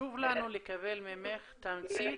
חשוב לנו לקבל ממך תמצית